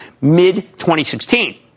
mid-2016